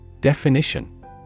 Definition